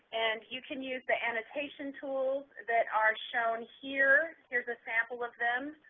and you can use the annotation tools that are shown here. here's a sample of them,